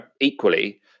equally